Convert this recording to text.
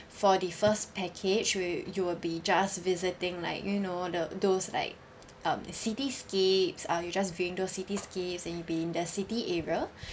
for the first package where you will be just visiting like you know the those like um cityscapes uh you're just viewing those cityscapes and you'll be in the city area